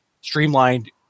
streamlined